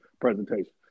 presentation